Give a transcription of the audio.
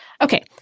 Okay